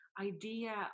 idea